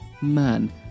man